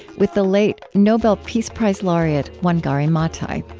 with the late nobel peace prize laureate wangari maathai.